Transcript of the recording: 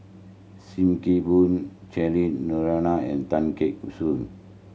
Sim Kee Boon Cheryl Noronha and Tan Gek Suan